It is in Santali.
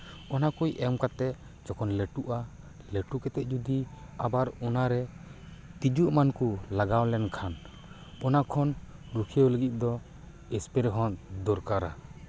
ᱚᱱᱟ ᱠᱚ ᱮᱢ ᱠᱟᱛᱮᱫ ᱡᱚᱠᱷᱚᱱ ᱞᱟᱹᱴᱩᱜᱼᱟ ᱞᱟᱹᱴᱩ ᱠᱟᱛᱮᱫ ᱡᱩᱫᱤ ᱟᱵᱟᱨ ᱚᱱᱟᱨᱮ ᱛᱤᱡᱩ ᱮᱢᱟᱱ ᱠᱚ ᱞᱟᱜᱟᱣ ᱞᱮᱱᱠᱷᱟᱱ ᱚᱱᱟ ᱠᱷᱚᱱ ᱨᱩᱠᱷᱭᱟᱹ ᱞᱟᱹᱜᱤᱫ ᱫᱚ ᱥᱯᱨᱮ ᱦᱚᱸ ᱫᱚᱨᱠᱟᱨᱟ